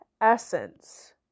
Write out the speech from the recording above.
essence